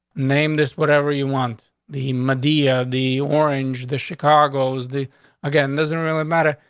name this. whatever you want. the medea, the orange, the chicago's, the again doesn't really matter.